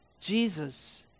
Jesus